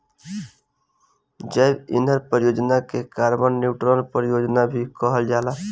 जैव ईंधन परियोजना के कार्बन न्यूट्रल परियोजना भी कहल जाला